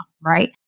right